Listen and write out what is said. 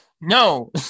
No